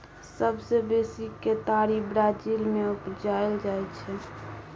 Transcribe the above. सबसँ बेसी केतारी ब्राजील मे उपजाएल जाइ छै